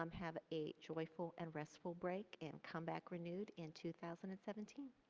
um have a joyful and restful break and come back renewed in two thousand and seventeen.